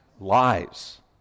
lies